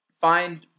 find